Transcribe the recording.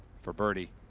for birdie